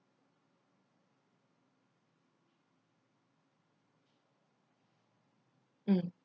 mm